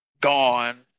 gone